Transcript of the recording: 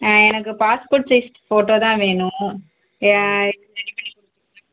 ஆ எனக்கு passport size photo தான் வேணும் ஏ ரெடி பண்ணிக் கொடுப்பிங்களா